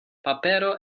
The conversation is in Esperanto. papero